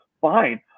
fine